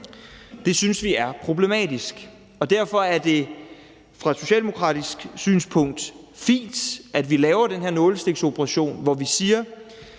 Det synes vi er problematisk, og derfor er det ud fra et socialdemokratisk synspunkt fint, at vi laver den her nålestiksoperation, hvor vi siger,